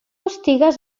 estigues